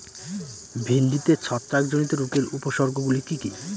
ভিন্ডিতে ছত্রাক জনিত রোগের উপসর্গ গুলি কি কী?